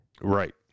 Right